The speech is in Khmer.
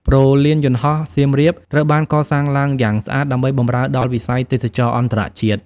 ព្រលានយន្តហោះសៀមរាបត្រូវបានកសាងឡើងយ៉ាងស្អាតដើម្បីបម្រើដល់វិស័យទេសចរណ៍អន្តរជាតិ។